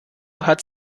hat